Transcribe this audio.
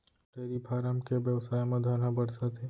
dairy farm के बेवसाय म धन ह बरसत हे